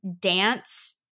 dance